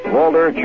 Walter